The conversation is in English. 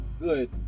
good